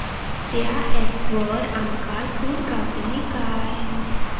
त्या ऍपवर आमका सूट गावतली काय?